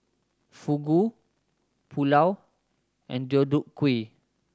Fugu Pulao and Deodeok Gui